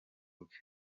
bwe